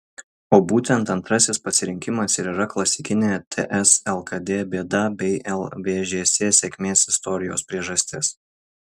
o būtent antrasis pasirinkimas ir yra klasikinė ts lkd bėda bei lvžs sėkmės istorijos priežastis